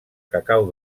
cacau